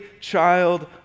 child